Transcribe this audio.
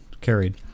carried